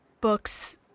books